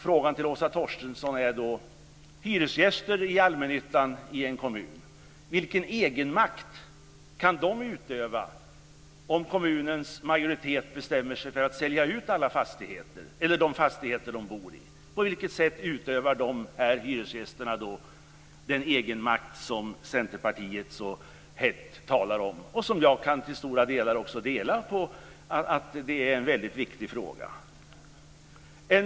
Frågan till Åsa Torstensson är: Vilken egenmakt kan hyresgäster i allmännyttan i en kommun utöva om kommunens majoritet bestämmer sig för att sälja ut de fastigheter som hyresgästerna bor i? På vilket sätt utövar dessa hyresgäster den egenmakt som Centerpartiet så hett talar om? Jag kan till stora delar hålla med om att det är en väldigt viktig fråga.